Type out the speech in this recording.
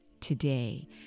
Today